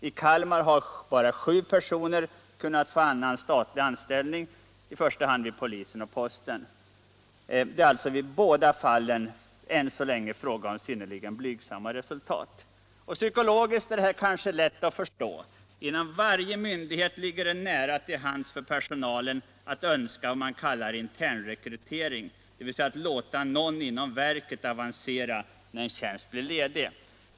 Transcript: I Kalmar har bara sju personer kunnat få annan statlig anställning, i första hand vid polisen och posten. Det är alltså på båda orterna än så länge fråga om synnerligen blygsamma resultat. Psykologiskt är detta kanske lätt att förstå. Inom varje myndighet ligger det nära till hands att personalen önskar internrekrytering, dvs. att man låter någon inom verket avancera när en tjänst blir ledig.